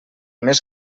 més